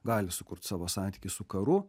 gali sukurt savo santykį su karu